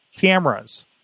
cameras